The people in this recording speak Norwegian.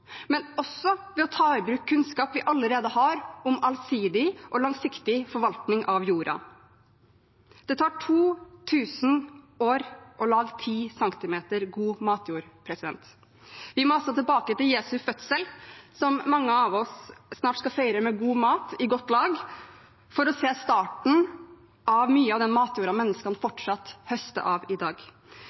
men også ved å ta i bruk kunnskap vi allerede har om allsidig og langsiktig forvaltning av jorda. Det tar 2 000 år å lage 10 cm god matjord. Vi må altså tilbake til Jesu fødsel, som mange av oss snart skal feire med god mat i godt lag, for å se starten av mye av den matjorda menneskene fortsatt høster av i dag.